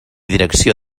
direcció